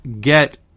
get